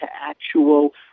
actual